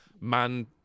man